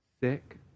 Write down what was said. Sick